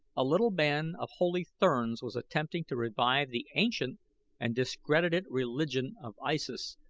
a little band of holy therns was attempting to revive the ancient and discredited religion of issus,